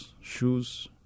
shoes